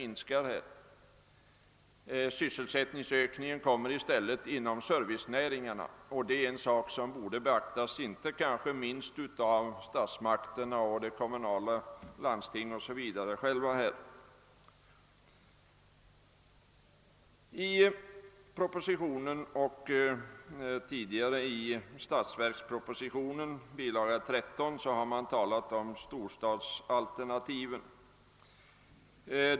I stället sker sysselsättningsökningen inom servicenäringarna, och inte minst statsmakterna, kommunerna och landstingen borde beakta detta. I propositionen — tidigare i statsverkspropositionen, bil. 13 — behandlas storstadsalternativen.